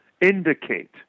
indicate